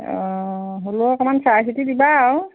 অঁ হ'লও অকণ চাইচিতি দিবা আৰু